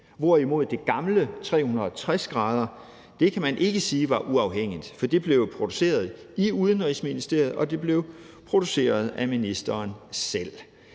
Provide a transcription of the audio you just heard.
hvorimod det gamle Magasinet 360° kan man ikke sige var uafhængigt, for det blev produceret i Udenrigsministeriet, og det blev produceret af ministeren selv.